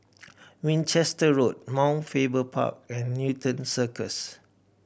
Winchester Road Mount Faber Park and Newton Circus